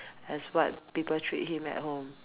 as what people treat him at home